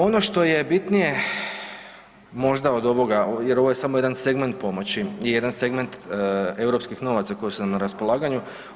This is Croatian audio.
Ono što je bitnije možda od ovoga jer ovo je samo jedan segment pomoći i jedan segment europskih novaca koji su nam na raspolaganju.